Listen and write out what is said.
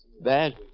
Bad